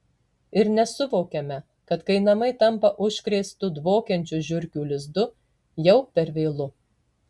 ir nesuvokiame kad kai namai tampa užkrėstu dvokiančiu žiurkių lizdu jau per vėlu